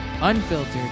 unfiltered